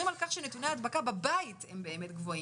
על כך שנתוני ההדבקה בבית באמת גבוהים,